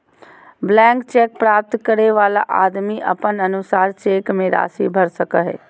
blank cheque प्राप्त करे वाला आदमी अपन अनुसार चेक मे राशि भर सको हय